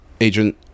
agent